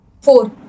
four